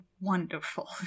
wonderful